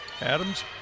Adams